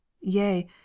yea